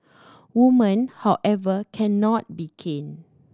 women however cannot be caned